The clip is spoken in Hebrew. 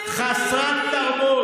המיעוט היהודי,